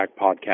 podcast